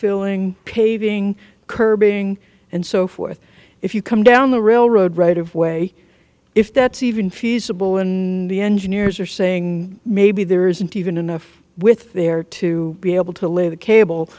filling paving curbing and so forth if you come down the railroad right of way if that's even feasible and the engineers are saying maybe there isn't even enough with there to be able to lay the